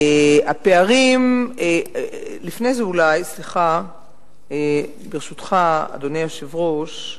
הפערים, לפני זה, אולי, ברשותך, אדוני היושב-ראש,